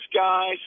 guys